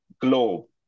globe